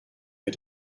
wir